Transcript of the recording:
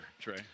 Trey